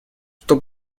что